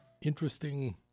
interesting